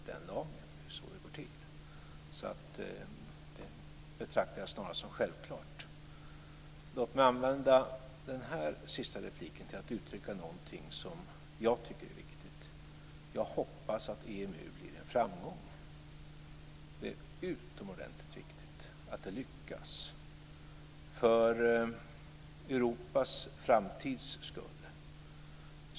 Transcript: Det är ju så det går till. Det betraktar jag snarast som självklart. Låt mig använda den här sista repliken till att uttrycka något som jag tycker är viktigt. Jag hoppas att EMU blir en framgång. Det är utomordentligt viktigt att det lyckas för Europas framtids skull.